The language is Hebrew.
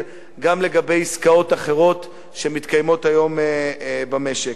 גם לגבי עסקאות אחרות שמתקיימות היום במשק.